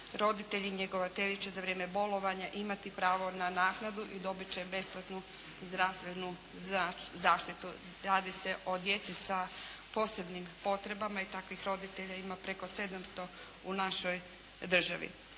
Roditelji i njegovatelji će za vrijeme bolovanja imati pravo na naknadu i dobit će besplatnu zdravstvenu zaštitu. Radi se o djeci sa posebnim potrebama i takvih roditelja ima preko 700 u našoj državi.